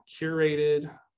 curated